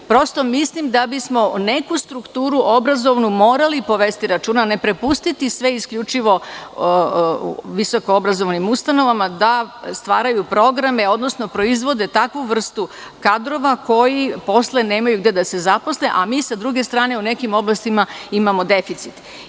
Prosto mislim da bi smo neku obrazovnu strukturu morali povesti računa, ne prepustiti sve isključivo visokoobrazovnim ustanovama da stvaraju programe, odnosno proizvode takvu vrstu kadrova koji posle nemaju gde da se zaposle, a mi sa druge strane u nekim oblastima imamo deficit.